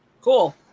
cool